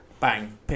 bang